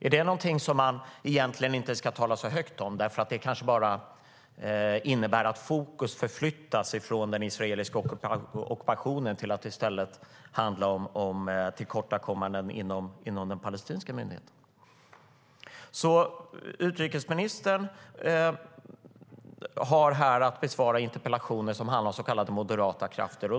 Är det något som man egentligen inte ska tala så högt om, eftersom det kanske bara innebär att fokus förflyttas från den israeliska ockupationen till tillkortakommanden inom den palestinska myndigheten? Utrikesministern har här att besvara interpellationer som handlar om så kallade moderata krafter.